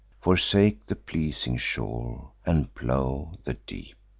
forsake the pleasing shore, and plow the deep.